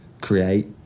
create